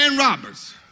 robbers